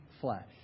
flesh